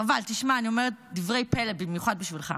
חבל, תשמע, אני אומרת דברי פלא, במיוחד בשבילך.